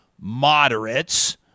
moderates